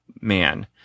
man